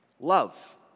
love